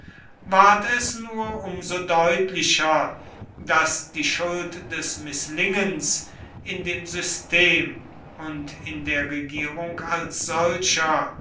ward es nur um so deutlicher daß die schuld des mißlingens in dem system und in der regierung als solcher